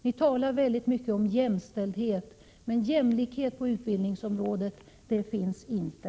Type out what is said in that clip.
Ni talar väldigt mycket om jämställdhet, men jämlikhet på utbildningsområdet finns inte.